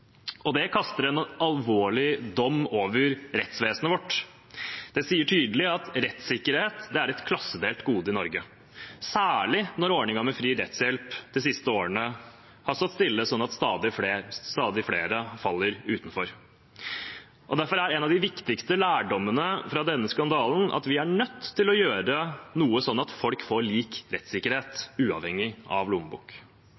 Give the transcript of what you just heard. Det kaster en alvorlig dom over rettsvesenet vårt. Det sier tydelig at rettssikkerhet er et klassedelt gode i Norge, særlig når ordningen med fri rettshjelp de siste årene har stått stille, slik at stadig flere faller utenfor. Derfor er en av de viktigste lærdommene fra denne skandalen at vi er nødt til å gjøre noe, slik at folk får lik